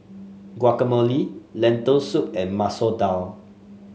Guacamole Lentil Soup and Masoor Dal